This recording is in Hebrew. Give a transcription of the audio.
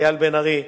אייל לב-ארי,